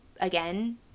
again